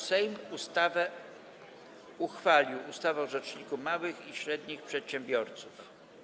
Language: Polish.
Sejm uchwalił ustawę o Rzeczniku Małych i Średnich Przedsiębiorców.